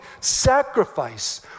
sacrifice